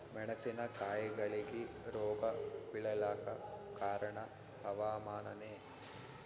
ಮೆಣಸಿನ ಕಾಯಿಗಳಿಗಿ ರೋಗ ಬಿಳಲಾಕ ಕಾರಣ ಹವಾಮಾನನೇ?